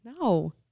No